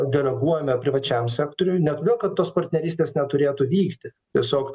deleguojame privačiam sektoriui ne todėl kad tos partnerystės neturėtų vykti tiesiog